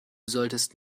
solltest